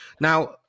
now